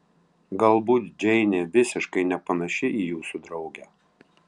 galbūt džeinė visiškai nepanaši į jūsų draugę